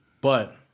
But-